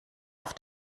auf